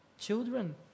children